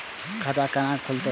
खाता केना खुलतै यो